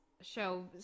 show